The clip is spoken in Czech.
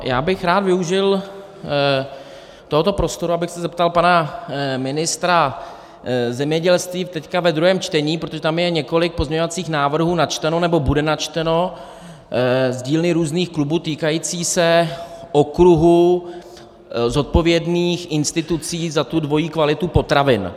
Já bych rád využil tohoto prostoru, abych se zeptal pana ministra zemědělství teď ve druhém čtení, protože tam je několik pozměňovacích návrhů načteno, nebo bude načteno z dílny různých klubů, týkajících se okruhu zodpovědných institucí za dvojí kvalitu potravin.